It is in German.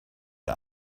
der